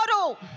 model